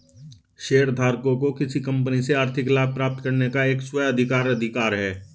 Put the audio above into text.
शेयरधारकों को किसी कंपनी से आर्थिक लाभ प्राप्त करने का एक स्व अधिकार अधिकार है